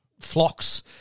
flocks